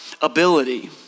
ability